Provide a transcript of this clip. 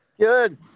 Good